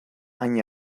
hain